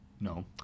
No